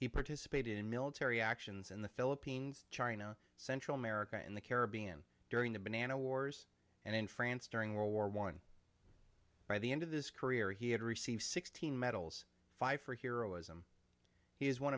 he participated in military actions in the philippines china central america and the caribbean during the banana wars and in france during world war one by the end of this career he had received sixteen medals five for hero ism he is one